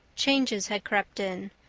changes had crept in,